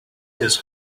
his